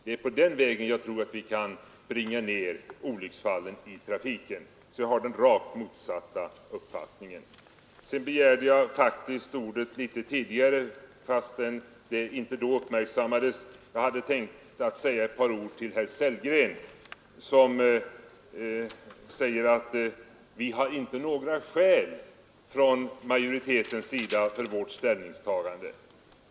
Det är på den vägen jag tror att vi kan bringa ner antalet olycksfall i trafiken, och jag har alltså rakt motsatt uppfattning mot herr Åkerlind. Jag hade tänkt ge en replik också till herr Sellgren, som hävdar att vi inom utskottsmajoriteten inte har några skäl för vårt ställningstagande.